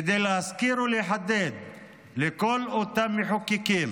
כדי להזכיר ולחדד לכל אותם מחוקקים